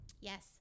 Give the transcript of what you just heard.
Yes